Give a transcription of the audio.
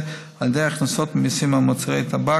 על ידי ההכנסות ממיסים על מוצרי טבק,